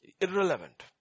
Irrelevant